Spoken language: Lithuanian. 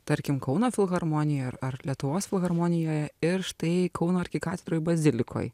tarkim kauno filharmonijoj ar ar lietuvos filharmonijoje ir štai kauno arkikatedroj bazilikoj